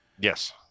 yes